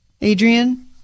Adrian